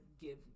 give